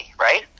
right